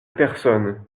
personne